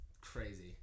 Crazy